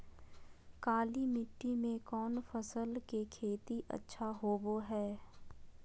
काली मिट्टी में कौन फसल के खेती अच्छा होबो है?